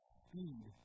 speed